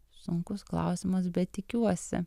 sunkus klausimas bet tikiuosi